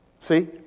see